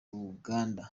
uganda